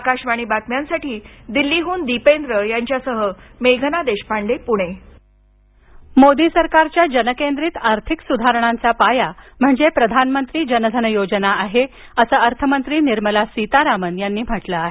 आकाशवाणी बातम्यांसाठी दिल्लीहून दीपेंद्र यांच्यासह मेघना देशपांडे पुणे मोदी सरकारच्या जनकेंद्रित आर्थिक सुधारणांचा पाया म्हणजे प्रधानमंत्री जनधन योजना आहे असं अर्थमंत्री निर्मला सीतारामन यांनी म्हटलं आहे